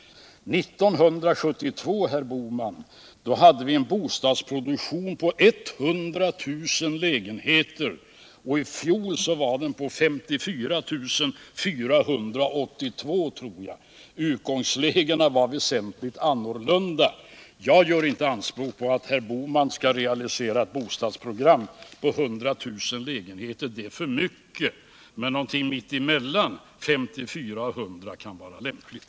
Men år 1972, herr Bohman, hade vi.en bostadsproduktion på 100 000 lägenheter. I fjol var den 54 482, tror jag. Utgångsläget var vid en årsjämförelse väsentligt annorlunda. Jag gör inte anspråk på att herr Bohman skall realisera ett bostadsprogram omfattande 100 000 lägenheter — det är för mycket. Men någonting mitt emellan 54 000 och 100 000 kunde vara lämpligt.